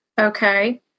okay